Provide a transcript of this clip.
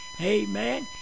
Amen